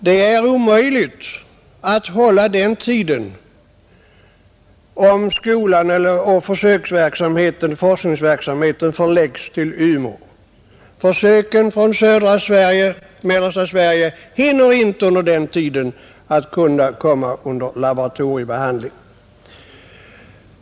Det är omöjligt att hålla den tiden, om forskningsverksamheten förläggs till Umeå. Försöken från södra och mellersta Sverige hinner under den tiden inte komma under laboratoriebehandling.